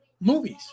Movies